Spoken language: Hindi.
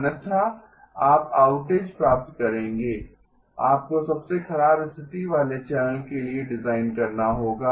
अन्यथा आप आउटेज प्राप्त करेंगे आपको सबसे खराब स्थिति वाले चैनल के लिए डिज़ाइन करना होगा